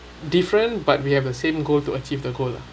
different but we have the same goal to achieve the goal lah